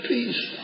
Peace